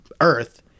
Earth